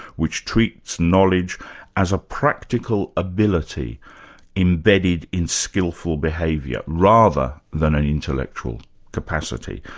which treats knowledge as a practical ability embedded in skilful behaviour, rather than an intellectual capacity.